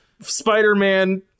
Spider-Man